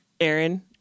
Aaron